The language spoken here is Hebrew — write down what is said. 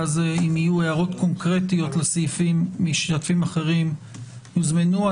ואז אם יהיו הערות קונקרטיות לסעיפים משתתפים אחרים יוזמנו.